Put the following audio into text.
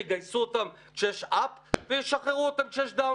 שיגייסו אותם כשיש up וישחררו אותם כשיש down,